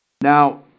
Now